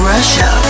Russia